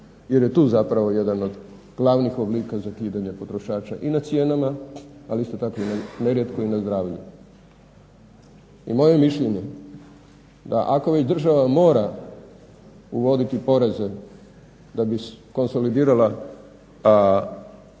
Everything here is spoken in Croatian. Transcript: jer je tu zapravo jedan od glavnih oblika zakidanja potrošača i na cijenama, ali isto tako nerijetko i na zdravlju. I moje je mišljenje da ako već država mora uvoditi poreze da bi konsolidirala fiskalnu